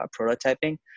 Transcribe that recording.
prototyping